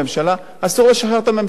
אסור לשחרר את הממשלה מאחריות.